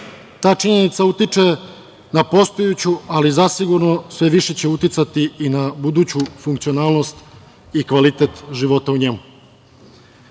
Ta činjenica utiče na postojeću, ali zasigurno, sve više će uticati i na buduću funkcionalnost i kvalitet života u njemu. Prva